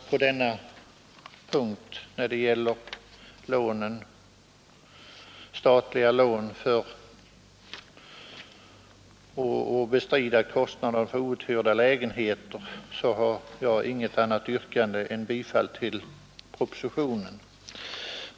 På denna punkt, när det gäller statliga lån för att bestrida kostnader för outhyrda lägenheter, ansluter jag mig till propositionen.